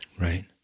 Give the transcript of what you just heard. Right